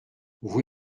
vous